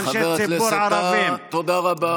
ואנשי ציבור ערבים, חבר הכנסת טאהא, תודה רבה.